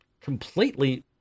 completely